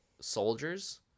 soldiers